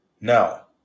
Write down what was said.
Now